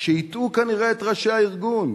שהטעו כנראה את ראשי הארגון.